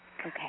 Okay